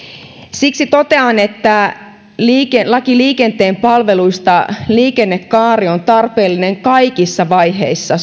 siksi totean että laki liikenteen palveluista liikennekaari on tarpeellinen kaikissa vaiheissa